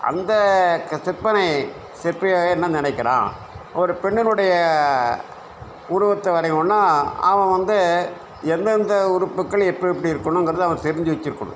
அந்த சிற்பனை சிற்பியாக என்ன நினைக்கிறான் ஒரு பெண்ணினுடைய உருவத்தை வரையுனன்னா அவன் வந்து எந்தெந்த உறுப்புக்கள் எப்பெப்படி இருக்கணுங்கிறத அவன் தெரிஞ்சு வச்சுருக்கணும்